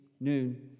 noon